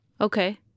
Okay